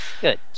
Good